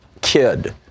kid